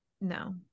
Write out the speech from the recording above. no